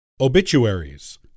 Obituaries